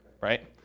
right